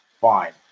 Fine